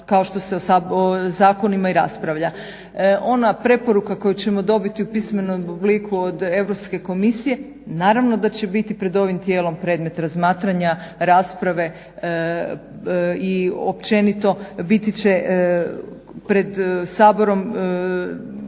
kao što se o zakonima i raspravlja. Ona preporuka koju ćemo dobiti u pismenom obliku od Europske komisije naravno da će biti pred ovim tijelom predmet razmatranja rasprave i općenito biti će pred Saborom